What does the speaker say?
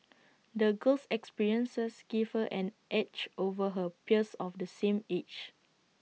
the girl's experiences gave her an edge over her peers of the same age